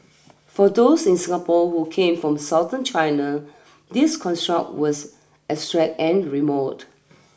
for those in Singapore who came from Southern China this construct was abstract and remote